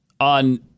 on